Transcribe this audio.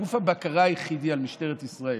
גוף הבקרה היחיד על משטרת ישראל,